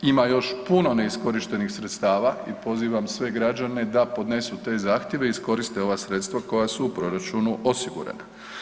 Ima još puno neiskorištenih sredstava i pozivam sve građane da podnesu te zahtjeve i iskoriste ova sredstva koja su u proračunu osigurana.